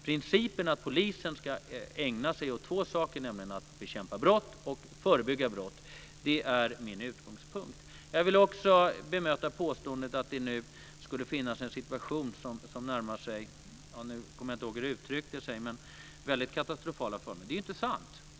Principen att polisen ska ägna sig åt två saker, nämligen åt att bekämpa och åt att förebygga brott, är min utgångspunkt. Jag vill också bemöta påståendet om situationen nu. Jag kommer inte ihåg hur det uttrycktes, men det skulle närma sig väldigt katastrofala former. Det är inte sant.